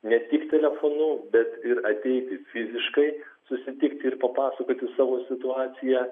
ne tik telefonu bet ir ateiti fiziškai susitikti ir papasakoti savo situaciją